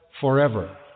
forever